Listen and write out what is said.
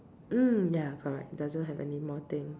mm ya correct it doesn't have anymore thing